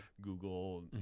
Google